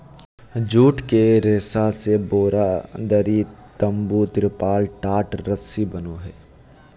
जुट के रेशा से बोरा, दरी, तम्बू, तिरपाल, टाट, रस्सी बनो हइ